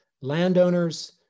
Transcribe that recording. landowners